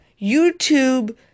YouTube